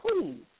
please